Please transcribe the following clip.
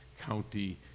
county